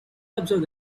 observe